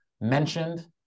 mentioned